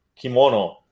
kimono